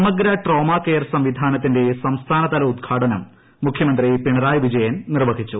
സമഗ്ര ട്രോമാകെയർ സംവിധാനത്തിന്റെ സംസ്ഥാനതല ഉദ്ഘാടനം മുഖ്യമന്ത്രി പിണറായി വിജയൻ നിർവഹിച്ചു